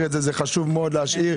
חשוב להשאיר,